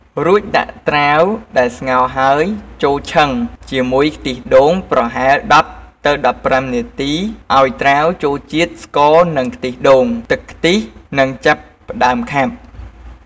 រួច ដាក់ត្រាវដែលស្ងោរហើយចូលឆឹងជាមួយខ្ទិះដូងប្រហែល ១០ ទៅ១៥ នាទីឱ្យត្រាវចូលជាតិស្ករនិងខ្ទិះដូង។ ទឹកខ្ទិះនឹងចាប់ផ្ដើមខាប់។